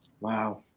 Wow